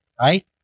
right